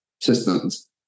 systems